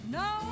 no